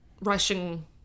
Russian